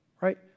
Right